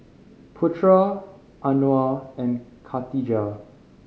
Putra Anuar and Khatijah